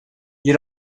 you